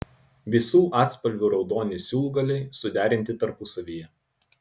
visų atspalvių raudoni siūlgaliai suderinti tarpusavyje